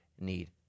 need